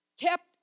kept